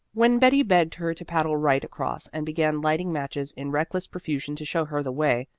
when betty begged her to paddle right across and began lighting matches in reckless profusion to show her the way,